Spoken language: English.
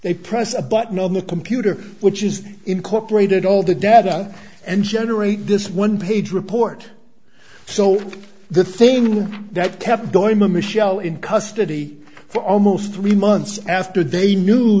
they press a button on the computer which is incorporated all the data and generate this one page report so the thing that kept going to michelle in custody for almost three months after they knew